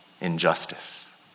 injustice